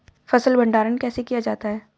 फ़सल भंडारण कैसे किया जाता है?